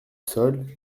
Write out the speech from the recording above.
sol